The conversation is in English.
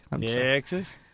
Texas